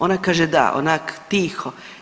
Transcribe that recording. Ona kaže da onako tiho.